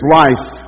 life